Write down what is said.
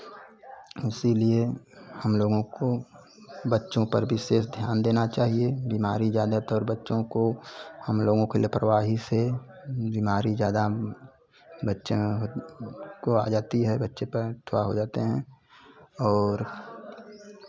इसीलिए हमलोगों को बच्चों पर विशेष ध्यान देना चाहिए बीमारी ज़्यादातर बच्चों को हमलोगों की लापरवाही से ही बीमारी ज़्यादा बच्चा में हो को आ जाती है बच्चे थोड़ा हो जाते हैं और